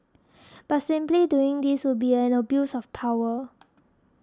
but simply doing this would be an abuse of power